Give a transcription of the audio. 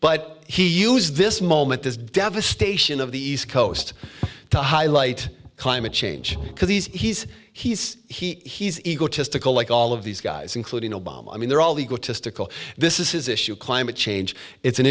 but he use this moment this devastation of the east coast to highlight climate change because he's he's he's he's egotistical like all of these guys including obama i mean they're all the go to stickle this is his issue climate change it's an